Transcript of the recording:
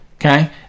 okay